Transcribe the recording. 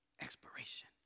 expiration